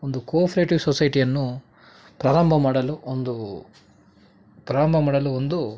ಒಂದು ಕೋಫ್ರೇಟಿವ್ ಸೊಸೈಟಿಯನ್ನು ಪ್ರಾರಂಭ ಮಾಡಲು ಒಂದು ಪ್ರಾರಂಭ ಮಾಡಲು ಒಂದು